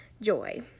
joy